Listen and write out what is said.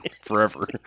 forever